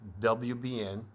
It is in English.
WBN